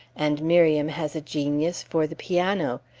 and miriam has a genius for the piano.